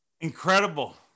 Incredible